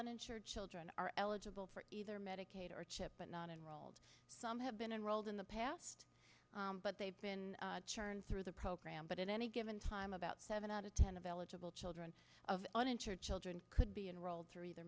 uninsured children are eligible for either medicaid or chip but not enrolled some have been enrolled in the past but they have been churned through the program but in any given time about seven out of ten of eligible children of uninsured children could be enrolled for either